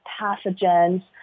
pathogens